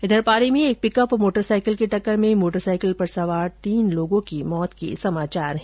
उधर पाली में एक पिकअप और मोटरसाईकिल की टक्कर में मोटरसाईकिल पर सवार तीन लोगों की मृत्यु हो गई